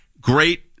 Great